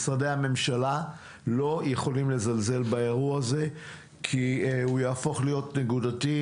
משרדי הממשלה לא יכולים לזלזל באירוע הזה כי הוא יהפוך להיות נקודתי,